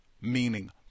meaning